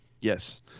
Yes